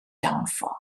downfall